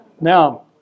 Now